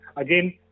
again